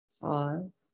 Pause